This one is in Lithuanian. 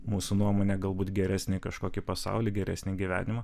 mūsų nuomone galbūt geresnį kažkokį pasaulį geresnį gyvenimą